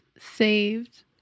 saved